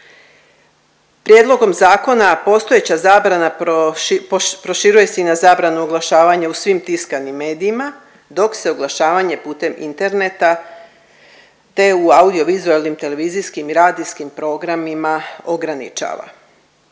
Prijedlogom zakona postojeća zabrana proširuje se i na zabranu oglašavanja u svim tiskanim medijima dok se oglašavanje putem interneta, te u audiovizualnim televizijskim i radijskim programima ograničava.